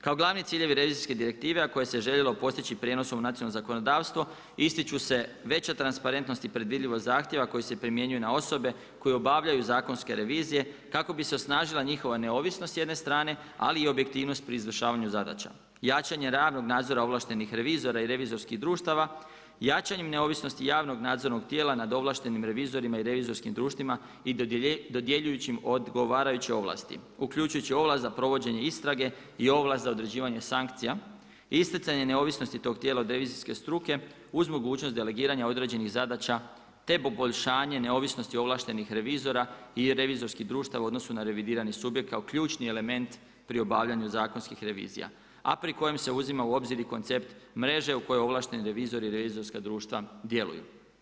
Kao ciljevi revizijske direktive, a koje se željelo postići prijenosom u nacionalno zakonodavstvo ističu se veća transparentnost i predvidljivost zahtjeva koji se primjenjuju na osobe koje obavljaju zakonske revizije kako bi se osnažila njihova neovisnost s jedne strane, ali i objektivnost pri izvršavanju zadaća, jačanje radnog nadzora ovlaštenih revizora i revizorskih društava, jačanjem neovisnosti javnog nadzornog tijela nad ovlaštenim revizorima i revizorskim društvima i dodjeljujući im odgovarajuće ovlasti, uključujući ovlast za provođenje istrage i ovlast za određivanje sankcija, isticanje neovisnosti tog tijela od revizijske struke uz mogućnost delegiranja određenih zadaća te poboljšanje neovisnosti ovlaštenih revizora i revizorskih društava u odnosu na revidirani subjekt kao ključni element pri obavljanju zakonskih revizija, a pri kojem se uzima u obzir i koncept mreže u kojoj ovlašteni revizori i revizorska društva djeluju.